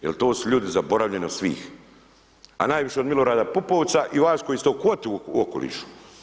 Jel to su ljudi zaboravljeni od svih, a najviše od Milorada Pupovca i vas koji ste u kvoti u okolišu.